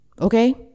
Okay